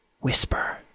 whisper